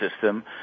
system